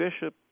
bishop